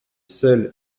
seul